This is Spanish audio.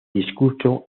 discurso